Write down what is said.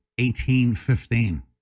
1815